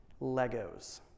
Legos